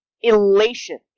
elation